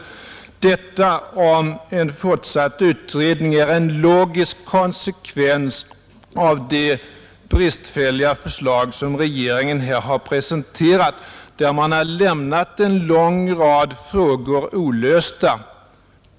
Yrkandet om en fortsatt utredning är emellertid en logisk konsekvens av det bristfälliga förslag som regeringen har presenterat, där man har lämnat en lång rad frågor olösta.